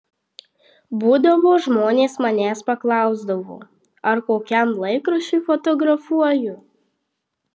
būdavo žmonės manęs paklausdavo ar kokiam laikraščiui fotografuoju